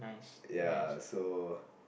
ya so